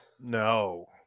No